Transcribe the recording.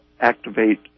activate